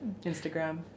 Instagram